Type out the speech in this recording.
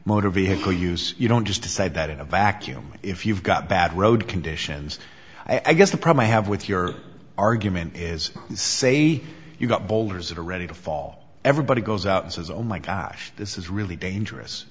motor vehicle use you don't just decide that in a vacuum if you've got bad road conditions i guess the problem i have with your argument is say you've got bowlers that are ready to fall everybody goes out and says oh my gosh this is really dangerous